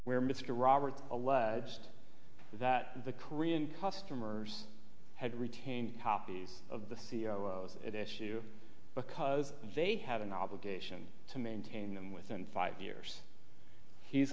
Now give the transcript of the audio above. where mr robert alleged that the korean customers had retained copies of the c e o s at issue because they had an obligation to maintain them within five years he's